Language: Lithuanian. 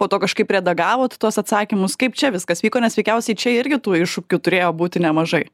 po to kažkaip redagavot tuos atsakymus kaip čia viskas vyko nes veikiausiai čia irgi tų iššūkių turėjo būti nemažai